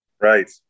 Right